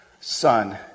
Son